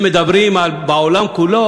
אם מדברים בעולם כולו,